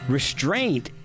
Restraint